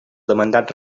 demandats